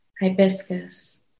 hibiscus